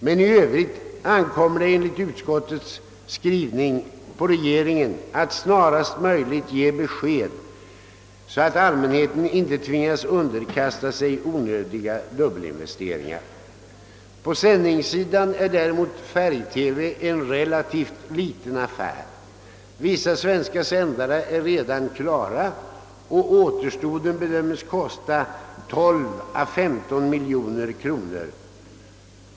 Men i övrigt ankommer det enligt utskottets skrivning på regeringen att snarast möjligt ge besked, så att all mänheten inte tvingas underkasta sig onödiga dubbelinvesteringar. På sändningssidan är däremot färg TV en relativt liten affär. Vissa svenska sändare är redan klara, och återstoden bedömes kosta 12—15 miljoner kronor.